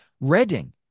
Reading